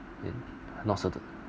then not